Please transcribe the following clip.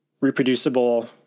reproducible